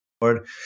Lord